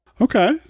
Okay